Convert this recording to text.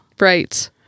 Right